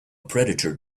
predator